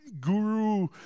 guru